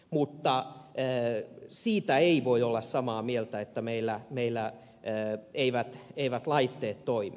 mutta siitä ei voi olla samaa mieltä että meillä eivät laitteet toimi